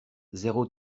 zéro